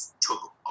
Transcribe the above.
took